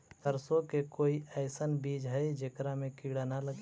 सरसों के कोई एइसन बिज है जेकरा में किड़ा न लगे?